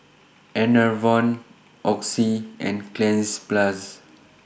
Enervon Oxy and Cleanz Plus